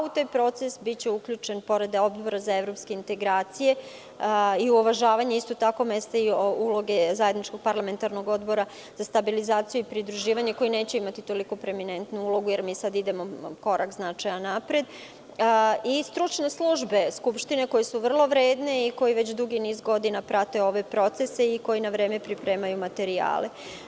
U taj proces biće uključen, pored Odbora za evropske integracije i uvažavanje isto tako mesta i uloge zajedničkog parlamentarnog odbora za stabilizaciju i pridruživanje koji neće imati toliko preminentnu ulogu, jer mi sada idemo korak značajan napred i stručne službe Skupštine koje su vrlo vredne i koje već dugi niz godina prate ove procese i koji na vreme pripremaju materijale.